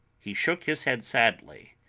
he shook his head sadly,